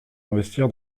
investir